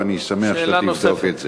ואני שמח שתבדוק את זה.